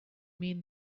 mean